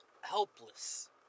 helpless